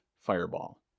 fireball